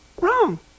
wrong